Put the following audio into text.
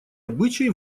обычай